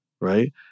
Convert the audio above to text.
right